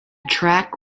track